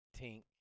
tink